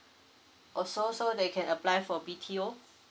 also so they can apply for B_T_O